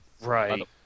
Right